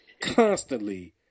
constantly